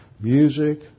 music